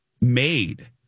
made